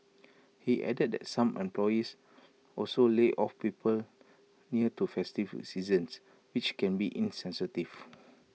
he added that some employees also lay off people near to festive seasons which can be insensitive